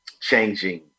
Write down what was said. changing